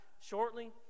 shortly